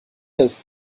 ist